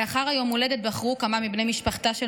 לאחר יום ההולדת בחרו כמה מבני משפחתה של